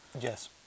Yes